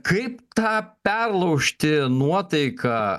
kaip tą perlaužti nuotaiką